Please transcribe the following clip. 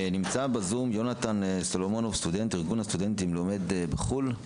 נמצא בזום יהונתן סולומונוב מארגון הסטודנטים שלומד בחו"ל.